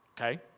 Okay